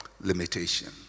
limitation